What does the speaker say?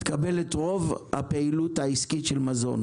תקבל את רוב הפעילות העסקית של מזון.